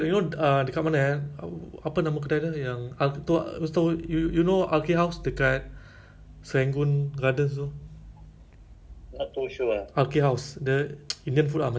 serangoon garden so it's like outdoor no it's outdoor but it's indoor lah you're it's not inside the mall but it's like those outdoor setting ah like like al-ameen at our place the the woodgrove kan